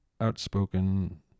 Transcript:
outspoken